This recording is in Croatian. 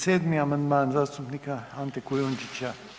37. amandman zastupnika Ante Kujundžića.